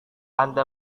anda